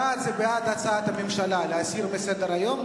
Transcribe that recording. בעד זה בעד הצעת הממשלה להסיר מסדר-היום,